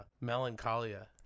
melancholia